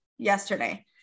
yesterday